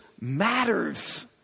matters